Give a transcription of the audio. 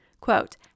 quote